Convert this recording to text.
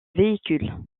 véhicules